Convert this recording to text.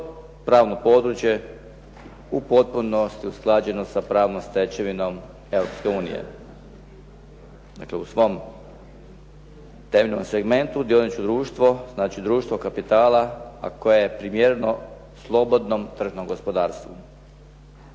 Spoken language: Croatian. pravno područje u potpunosti usklađeno sa pravnom stečevinom Europske unije. Dakle, u svom temeljnom segmentu dioničko društvo, znači društvo kapitala a koje je primjereno slobodnom tržnom gospodarstvu.